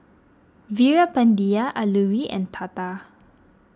Veerapandiya Alluri and Tata